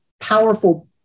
powerful